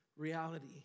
reality